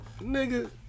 Nigga